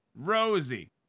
Rosie